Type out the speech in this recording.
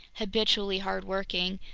habitually hardworking,